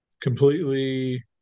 completely